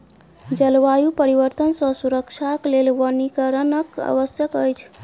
जलवायु परिवर्तन सॅ सुरक्षाक लेल वनीकरणक आवश्यकता अछि